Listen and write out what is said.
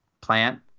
plant